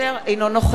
אינו נוכח